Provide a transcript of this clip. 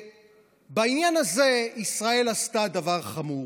ובעניין הזה ישראל עשתה דבר חמור.